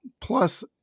plus